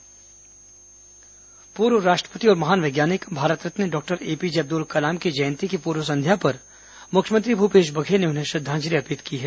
अब्दूल कलाम जयंती पूर्व राष्ट्रपति और महान वैज्ञानिक भारत रत्न डॉक्टर एपीजे अब्दुल कलाम की जयंती की पूर्व संध्या पर मुख्यमंत्री भूपेश बघेल ने उन्हें श्रद्धांजलि अर्पित की है